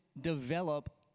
develop